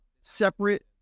separate